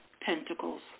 Pentacles